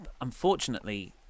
unfortunately